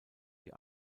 die